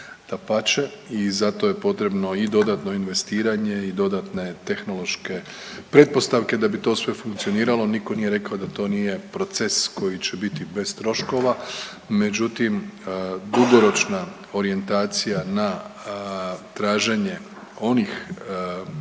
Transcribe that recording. i zato je potrebno i dodatno investiranje i dodatne tehnološke pretpostavke da bi to sve funkcioniralo, niko nije rekao da to nije proces koji će biti bez troškova, međutim dugoročna orijentacija na traženje onih izvora